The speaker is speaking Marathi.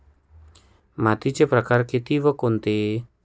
मातीचे प्रकार किती व कोणते?